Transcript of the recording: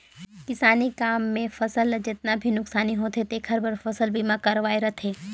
किसानी काम मे फसल ल जेतना भी नुकसानी होथे तेखर बर फसल बीमा करवाये रथें